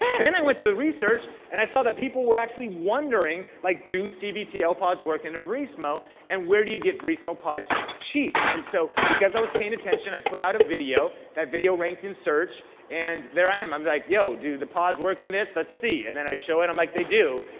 then i went to research and i saw that people were actually wondering like do cbtl pods work in a verismo and where do you get verismo pods cheap. and so, because i was paying attention, i put out a video. that video ranked in search and there i am. i'm like, yo, do the pods work in this? let's see. and then i show it, i'm like, they do.